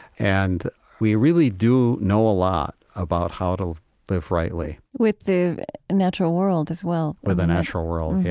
and we really do know a lot about how to live rightly with the natural world as well with the natural world, yeah.